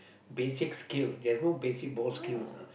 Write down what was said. basic skill there's no basic ball skills lah